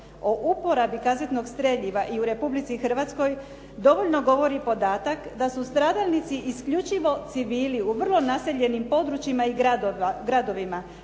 O uporabi kazetnog streljiva u Republici Hrvatskoj dovoljno govori podatak da su stradalnici isključivo civili u vrlo naseljenim područjima i gradovima.